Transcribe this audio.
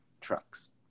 trucks